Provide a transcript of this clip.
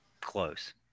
close